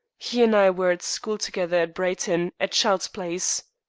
he and i were at school together at brighton, at childe's place.